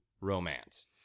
romance